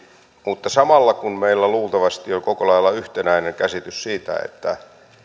mutta samalla kun meillä luultavasti on koko lailla yhtenäinen käsitys siitä että